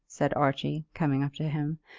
said archie, coming up to him,